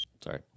Sorry